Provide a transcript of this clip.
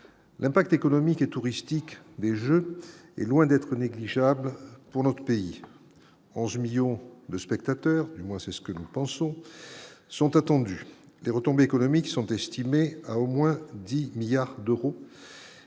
l'impact économique et touristique des Jeux est loin d'être négligeable pour notre pays en 1000000 de spectateurs, du moins c'est ce que nous pensons sont attendus des retombées économiques sont estimées à au moins 10 milliards d'euros